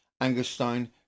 Angerstein